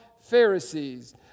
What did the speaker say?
Pharisees